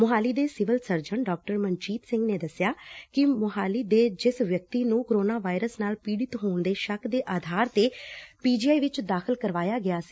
ਮੁਹਾਲੀ ਦੇ civil surgeon Dr Manjit Singh ਨੇ ਦਸਿਆ ਕਿ ਸੋਹਾਈ ਦੇ ਜਿਸ ਵਿਅਕਤੀ ਨੂੰ ਕੋਰੋਨਾ ਵਾਇਰਸ ਨਾਲ ਪੀੜਤ ਹੋਣ ਦੇ ਸ਼ੱਕ ਦੇ ਆਧਾਰ ਤੇ ਪੀ ਜੀ ਆਈ ਵਿਚ ਦਾਖਲ ਕਰਵਾਇਆ ਗਿਆ ਸੀ